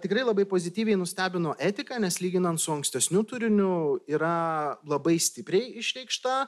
tikrai labai pozityviai nustebino etika nes lyginant su ankstesniu turiniu yra labai stipriai išreikšta